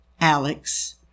Alex